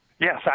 Yes